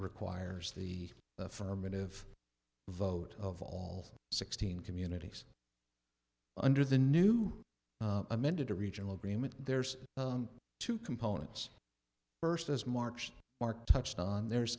requires the affirmative vote of all sixteen communities under the new amended to regional agreement there's two components first as march mark touched on there's